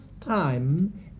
time